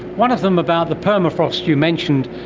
one of them about the permafrost you mentioned.